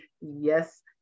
Yes